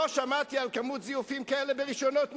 לא שמעתי על כמות זיופים כאלה ברשיונות נהיגה.